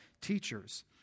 teachers